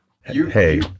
hey